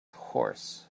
horse